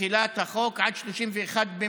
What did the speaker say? מתחילת החוק עד 31 במאי.